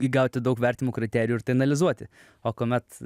įgauti daug vertinimo kriterijų ir tai analizuoti o kuomet